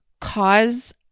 cause